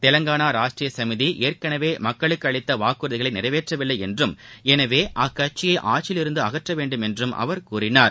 தெலங்கானா ராஷ்ட்ரீய சமிதி ஏற்கனவே மக்களுக்கு அளித்த வாக்குறுதிகளை நிறைவேற்றவில்லை என்றும் எனவே அக்கட்சியை ஆட்சியில் இருந்து அகற்ற வேண்டும் என்றும் அவர் கூறினார்